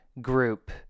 group